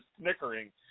snickering